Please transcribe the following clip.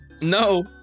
No